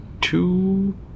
two